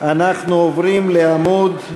אנחנו עוברים לעמוד,